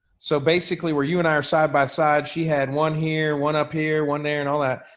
so basically where you and i are side by side, she had one here, one up here, one there and all that,